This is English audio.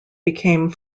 became